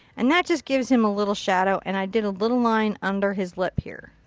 and that just gives him a little shadow. and i did a little line under his lip here.